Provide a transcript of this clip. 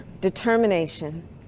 determination